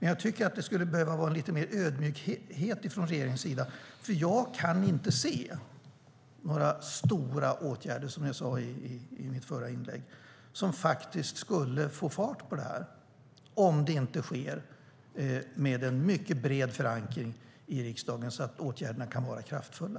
Jag tycker att det behöver vara lite mer ödmjukhet från regeringens sida. Som jag sade i mitt förra inlägg kan jag inte se några stora åtgärder som skulle få fart på detta, om det inte sker med en mycket bred förankring i riksdagen, så att åtgärderna kan vara kraftfulla.